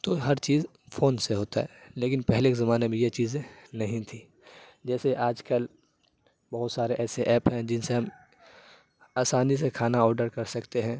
تو ہر چیز فون سے ہوتا ہے لیکن پہلے کے زمانے میں یہ چیزیں نہیں تھیں جیسے آج کل بہت سارے ایسے ایپ ہیں جن سے ہم آسانی سے کھانا آڈر کر سکتے ہیں